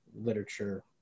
literature